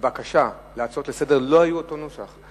בבקשה להצעות לסדר-היום לא היה אותו נוסח.